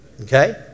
okay